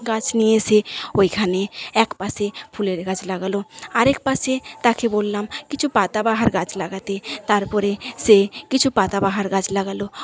গাছ নিয়ে এসে ওইখানে একপাশে ফুলের গাছ লাগালো আরেক পাশে তাকে বললাম কিছু পাতা বাহার গাছ লাগাতে তারপরে সে কিছু পাতা বাহার গাছ লাগালো